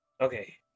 okay